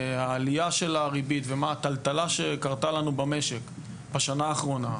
העלייה של הריבית ומה הטלטלה שקרתה לנו במשק בשנה האחרונה.